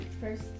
First